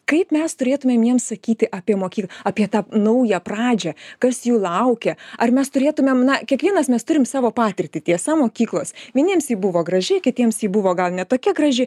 kaip mes turėtumėm jiems sakyti apie mokyklą apie tą naują pradžią kas jų laukia ar mes turėtumėm na kiekvienas mes turim savo patirtį tiesa mokyklos vieniems ji buvo graži kitiems ji buvo gal ne tokia graži